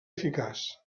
eficaç